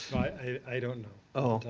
i don't